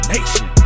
Nation